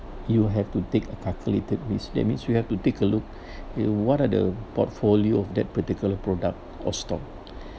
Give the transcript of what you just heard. you have to take a calculated risk that means you have to take a look uh what are the portfolio of that particular product or stock